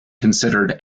considered